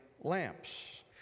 lamps